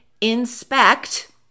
inspect